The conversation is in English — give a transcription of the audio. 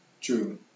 True